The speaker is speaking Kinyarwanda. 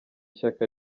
shyaka